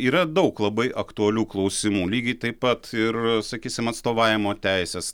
yra daug labai aktualių klausimų lygiai taip pat ir sakysim atstovavimo teisės